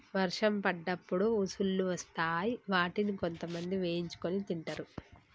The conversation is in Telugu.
వర్షం పడ్డప్పుడు ఉసుల్లు వస్తాయ్ వాటిని కొంతమంది వేయించుకొని తింటరు